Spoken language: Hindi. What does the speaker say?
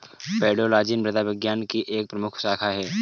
पेडोलॉजी मृदा विज्ञान की एक प्रमुख शाखा है